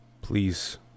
Please